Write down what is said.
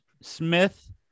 Smith